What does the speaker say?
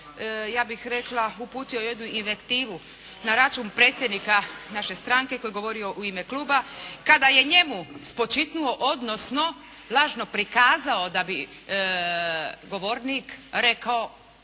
ja bih rekla uputio jednu invektivu na račun predsjednika naše stranke koji je govorio u ime kluba kada je njemu spočitnuo odnosno lažno prikazao da bi govornik rekao,